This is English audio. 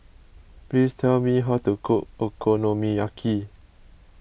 please tell me how to cook Okonomiyaki